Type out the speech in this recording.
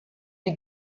die